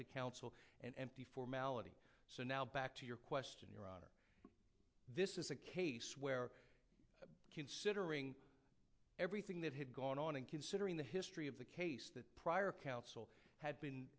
to counsel and formality so now back to your question your up this is a case where considering everything that had gone on and considering the history of the case that prior counsel had been